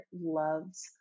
loves